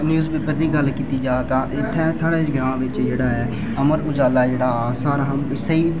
news paper दी गल्ल कीती जा ते एह् इत्थै साढ़े ग्रांऽ बिच जेह्ड़ा ऐ अमर उजाला जेह्ड़ा ओह् सारें शा स्हेई